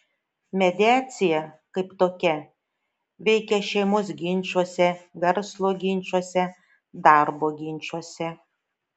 mediacija kaip tokia veikia šeimos ginčuose verslo ginčuose darbo ginčuose